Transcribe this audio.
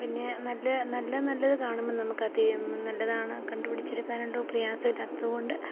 പിന്നെ നല്ല നല്ല നല്ല നല്ലത് കാണുമ്പോള് നമുക്കത് നല്ലതാണ് കണ്ടുപിടിച്ചെടുക്കാൻ ഒട്ടും പ്രയാസം ഇല്ലാത്തതുകൊണ്ട്